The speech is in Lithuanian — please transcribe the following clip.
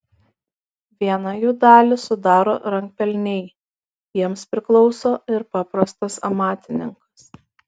vieną jų dalį sudaro rankpelniai jiems priklauso ir paprastas amatininkas